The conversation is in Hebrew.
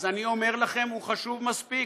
אז אני אומר לכם: הוא חשוב מספיק,